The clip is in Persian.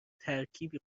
ترکیبی